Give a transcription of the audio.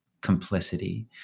complicity